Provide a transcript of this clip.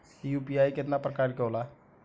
UPI केतना प्रकार के होला?